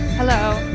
hello.